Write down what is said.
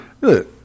Look